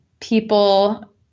people